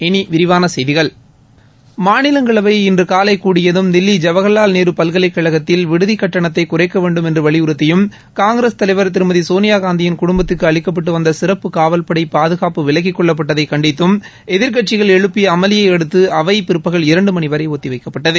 இனி விரிவான செய்திகள் மாநிலங்களவை இன்று காலை கூடியதும் தில்லி ஜேவஹர்லால் நேரு பல்கலைக்கழகத்தில் விடுதிக் கட்டணத்தை குறைக்க வேண்டும் என்று வலியுறுத்தியும் காங்கிரஸ் தலைவர் திருமதி சோனியாகாந்தியின் குடும்பத்துக்கு அளிக்கப்பட்டு வந்த சிறப்பு காவல்படை பாதுகாப்பு விலக்கிக் கொள்ளப்பட்டதை கண்டித்தும் எதிர்க்கட்சிகள் எழுப்பிய அமளியை அடுத்து அவை பிற்பகல் இரண்டு மணி வரை ஒத்திவைக்கப்பட்டது